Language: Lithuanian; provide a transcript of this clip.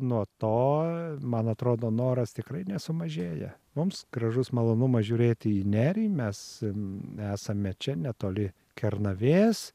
nuo to man atrodo noras tikrai nesumažėja mums gražus malonumas žiūrėti į nerį mes esame čia netoli kernavės